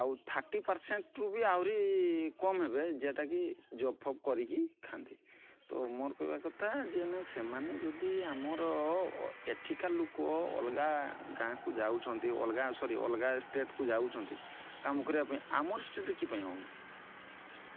ଆଉ ଥାର୍ଟି ପର୍ସେଣ୍ଟ୍ରୁ ବି ଆହୁରି କମ୍ ହେବେ ଯେଉଁଟାକି ଜବ୍ ଫବ୍ କରିକି ଖାଆନ୍ତି ତ ମୋର କହିବା କଥା ଯେ ନା ସେମାନେ ଯଦି ଆମର ଏଠିକା ଲୋକ ଅଲଗା ଗାଁକୁ ଯାଉଛନ୍ତି ଅଲଗା ସରି ଅଲଗା ଷ୍ଟେଟ୍କୁ ଯାଉଛନ୍ତି କାମ କରିବା ପାଇଁ ଆମର ଷ୍ଟେଟ୍ କି ପାଇଁ ହେଉନି